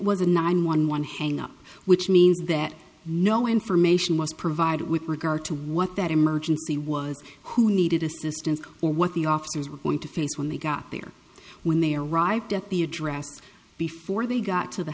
a nine one one hang up which means that no information was provided with regard to what that emergency was who needed assistance or what the officers were going to face when they got there when they arrived at the address before they got to the